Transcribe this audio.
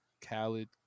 Khaled